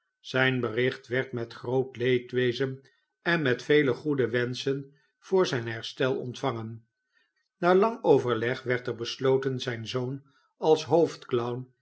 zijn bericht werd met groot leedwezen en met vele goede wenschen voor zijn herstel ontvangen na lang overleg werd er besloten zijn zoon als